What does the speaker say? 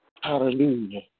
Hallelujah